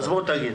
אז בוא תגיד.